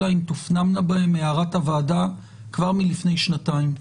אלא אם תופנמנה בהן הערת הוועדה כבר מלפני שנתיים.